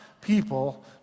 people